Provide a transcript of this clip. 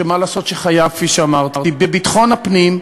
שמה לעשות, הוא חייב, כפי שאמרתי, בביטחון הפנים,